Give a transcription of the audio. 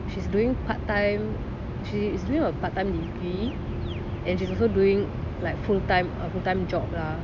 she's doing part time she is a part time degree and she's also doing like full time a full time job lah